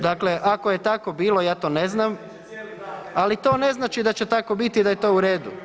Dakle, ako je tako bilo ja to ne znam, ali to ne znači da će tako biti i da je to u redu.